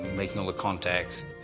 making all the contacts.